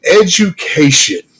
education